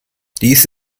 dies